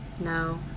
No